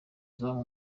izamu